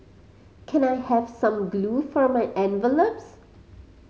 can I have some glue for my envelopes